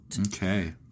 okay